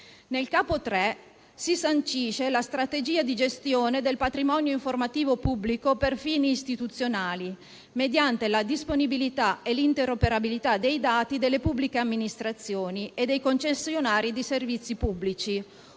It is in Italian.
Nel capo III si sancisce la strategia di gestione del patrimonio informativo pubblico per fini istituzionali, mediante la disponibilità e l'interoperabilità dei dati delle pubbliche amministrazioni e dei concessionari di servizi pubblici,